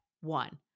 one